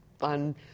on